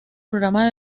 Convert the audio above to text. programa